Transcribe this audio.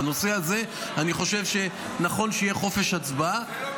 בנושא הזה אני חושב שנכון שיהיה חופש הצבעה.